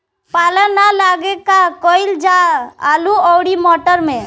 पाला न लागे का कयिल जा आलू औरी मटर मैं?